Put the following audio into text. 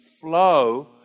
flow